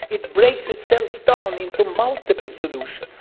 it breaks itself down into multiple solutions.